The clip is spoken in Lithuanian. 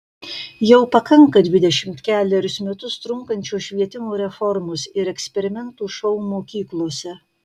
jau pakanka dvidešimt kelerius metus trunkančios švietimo reformos ir eksperimentų šou mokyklose